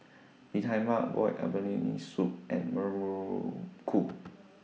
Bee Tai Mak boiled abalone Soup and Muruku